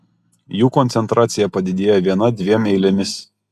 jų koncentracija padidėja viena dviem eilėmis